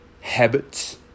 habits